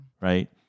right